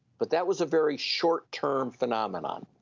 but that was a very short-term phenomenon.